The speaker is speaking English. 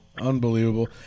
Unbelievable